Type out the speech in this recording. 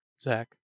zach